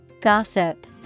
Gossip